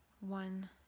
one